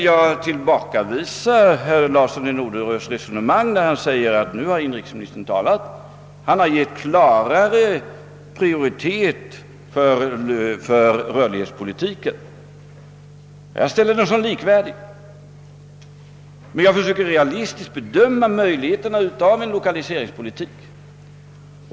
Jag tillbakavisar herr Larssons påstående att nu har inrikesministern givit klar prioritet för rörlighetspolitiken. Jag betraktar den politiken som likvärdig med lokaliseringspolitiken. Men jag försöker att realistiskt bedöma möjligheterna av en lokaliseringspolitik.